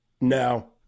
No